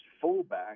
fullback